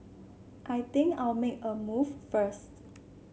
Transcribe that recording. I think I'll make a move first